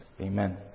Amen